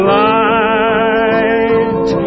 light